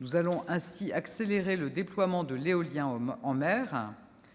nous allons accélérer le déploiement de l'éolien en mer.